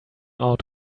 out